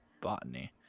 botany